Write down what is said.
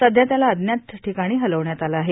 सध्या त्याला अज्ञात ठिकाणी हलवण्यात आलं आहे